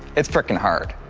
it's freaking hard.